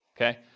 Okay